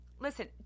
Listen